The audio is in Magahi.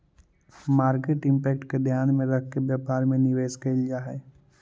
मार्केट इंपैक्ट के ध्यान में रखके व्यापार में निवेश कैल जा हई